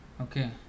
Okay